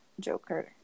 Joker